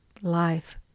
life